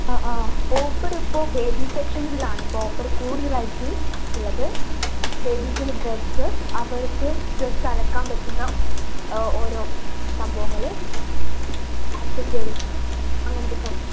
ആ ആ ഓഫറിപ്പോൾ ബേബി സെക്ഷൻസിലാണ് ഇപ്പോൾ ഓഫർ കൂടുതലായിട്ട് ഉള്ളത് ബേബീസിന് ഡ്രസ്സ് അവർക്ക് ഡ്രസ്സ് അലക്കാൻ പറ്റുന്ന ഓരോ സംഭവങ്ങൾ അക്സെസ്സറീസ് അങ്ങനത്തെ സാധനങ്ങൾ